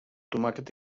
tomàquet